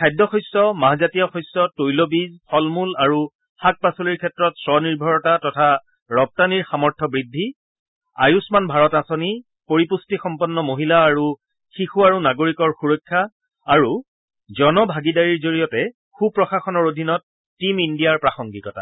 খাদ্য শস্য মাহজাতীয় শস্য তৈল বীজ ফল মূল আৰু শাক পাচলিৰ ক্ষেত্ৰত স্বনিৰ্ভৰতা তথা ৰপ্তানীৰ সামৰ্থ বৃদ্ধি আয়ুমান ভাৰত আঁচনি পৰিপুষ্টিসম্পন্ন মহিলা আৰু শিশু আৰু নাগৰিকৰ সুৰক্ষা আৰু জন ভাগিদাৰীৰ জৰিয়তে সুপ্ৰশাসনৰ অধীনত টিম ইণ্ডিয়াৰ প্ৰাসংগিকতা